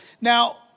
Now